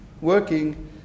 working